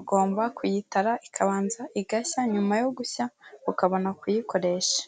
ugomba kuyitara ikabanza igashya nyuma yo gushya ukabona kuyikoresha.